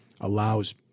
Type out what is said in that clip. allows